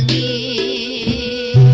e